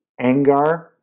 Angar